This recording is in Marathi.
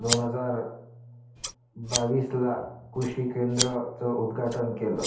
दोन हजार बावीसला कृषी केंद्रचं उद्घाटन केलं